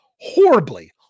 horribly